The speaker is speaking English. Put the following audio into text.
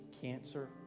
cancer